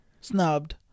snubbed